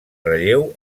relleu